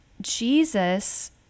Jesus